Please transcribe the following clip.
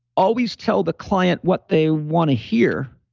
always tell the client what they want to hear,